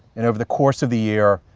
and over the course of the year,